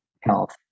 health